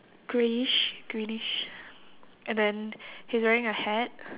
greyish greenish and then he's wearing a hat